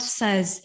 says